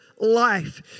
life